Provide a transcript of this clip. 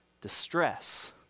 distress